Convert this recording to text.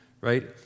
right